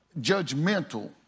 judgmental